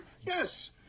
Yes